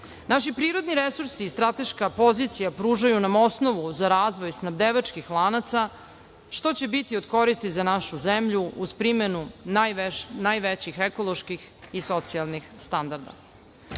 Naši prirodni resursi i strateška pozicija pružaju nam osnovu za razvoj snabdevačkih lanaca, što će biti od koristi za našu zemlju uz primenu najvećih ekoloških i socijalnih standarda. Uvođenjem